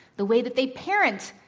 the way that they parent,